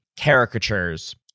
caricatures